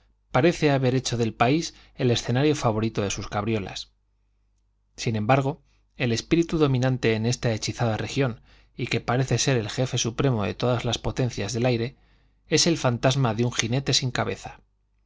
parece haber hecho del país el escenario favorito de sus cabriolas sin embargo el espíritu dominante en esta hechizada región y que parece ser el jefe supremo de todas las potencias del aire es el fantasma de un jinete sin cabeza